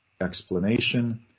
explanation